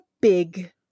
big